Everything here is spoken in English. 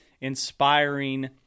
inspiring